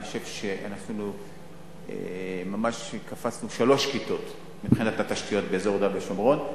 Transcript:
אני חושב שקפצנו שלוש כיתות מבחינת התשתיות באזור יהודה ושומרון,